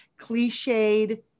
cliched